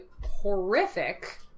horrific